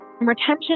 Retention